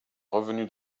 revenu